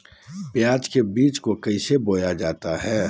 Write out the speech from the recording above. प्याज के बीज को कैसे बोया जाता है?